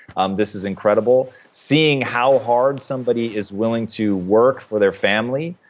um this is incredible. seeing how hard somebody is willing to work for their family,